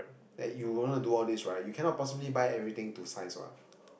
that you gonna do all these right you cannot possibly buy everything to size what